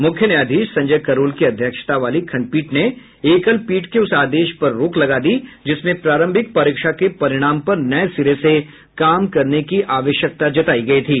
मुख्य न्यायाधीश संजय करोल की अध्यक्षता वाली खंडपीठ ने एकल पीठ के उस आदेश पर रोक लगा दी जिसमें प्रारंभिक परीक्षा के परिणाम पर नये सिरे से काम करने की आवश्यकता जतायी गयी थी